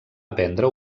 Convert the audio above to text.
aprendre